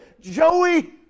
Joey